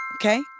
Okay